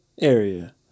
area